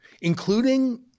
including